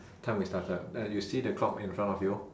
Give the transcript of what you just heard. time we started uh you see the clock in front of you